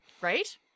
Right